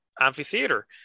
amphitheater